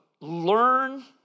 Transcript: learn